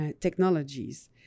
technologies